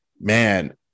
man